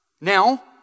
Now